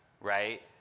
right